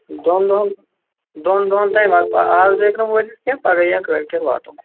دۄن دۄہَن دۄن دۄہَن تام واتہٕ بہٕ اَز ہیٚکہٕ نہٕ بہٕ وٲتِتھ کیٚنٛہہ پَگاہ یا کٲلۍکیٚتھ واتہٕ بہٕ